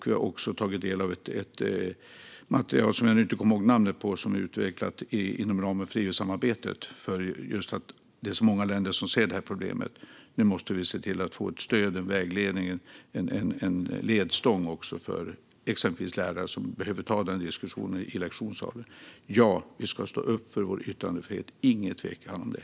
Vi har också tagit del av ett material som jag nu inte kommer ihåg namnet på men som är utvecklat inom ramen för EU-samarbetet just därför att det är många länder som ser det här problemet. Nu måste vi se till att få ett stöd, en vägledning och en ledstång för exempelvis lärare som behöver ta diskussionen i lektionssalen. Ja, vi ska stå upp för vår yttrandefrihet - det är ingen tvekan om det.